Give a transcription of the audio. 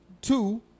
Two